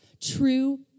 true